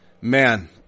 man